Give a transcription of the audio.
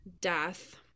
death